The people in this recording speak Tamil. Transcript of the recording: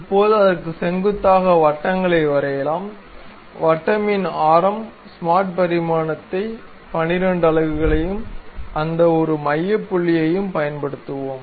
இப்போது அதற்கு செங்குத்தாக வட்டங்களை வரையலாம் வட்டமி ஆரம் ஸ்மார்ட் பரிமாணத்தை 12 அலகுகளையும் இந்த ஒரு மைய புள்ளியையும் பயன்படுத்துவோம்